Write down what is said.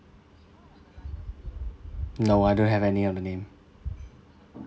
no I don't have any of the name